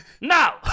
Now